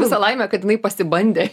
visa laimė kad jinai pasibandė